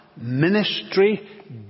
ministry